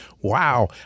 Wow